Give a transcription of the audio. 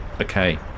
okay